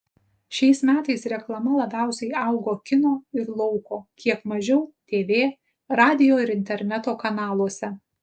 šiais metais reklama labiausiai augo kino ir lauko kiek mažiau tv radijo ir interneto kanaluose